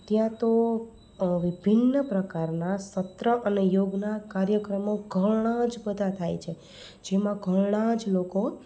ત્યાં તો અભિન્ન પ્રકારના સત્ર અને યોગના કાર્યક્રમો ઘણા જ બધા થાય છે જેમાં ઘણા જ લોકો